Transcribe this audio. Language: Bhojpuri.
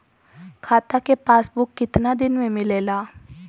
खाता के पासबुक कितना दिन में मिलेला?